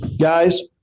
Guys